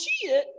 cheated